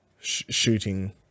shooting